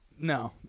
No